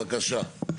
בבקשה.